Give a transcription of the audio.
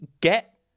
get